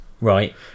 right